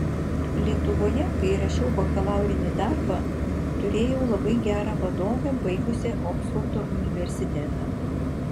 lietuvoje kai rašiau bakalaurinį darbą turėjau labai gerą vadovę baigusią oksfordo universitetą